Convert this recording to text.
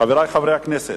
חברי חברי הכנסת,